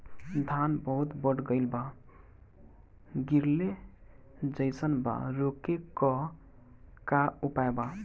धान बहुत बढ़ गईल बा गिरले जईसन बा रोके क का उपाय बा?